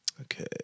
Okay